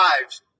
lives